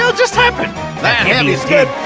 so just happened! the heavy is dead!